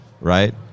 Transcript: right